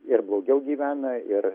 ir blogiau gyvena ir